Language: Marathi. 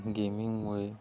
गेमिंगमुळे